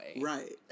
Right